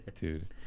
Dude